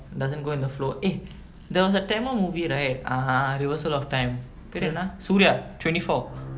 doesn't go with the flow eh there was a tamil movie right uh reversal of time பேரென்ன:perenna suria twenty four